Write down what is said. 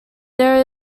there